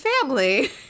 family